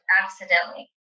accidentally